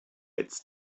it’s